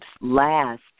last